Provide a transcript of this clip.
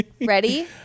Ready